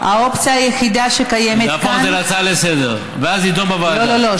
להפוך להצעה לסדר-היום, לא.